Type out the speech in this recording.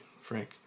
Frank